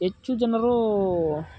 ಹೆಚ್ಚು ಜನರು